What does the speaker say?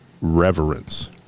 reverence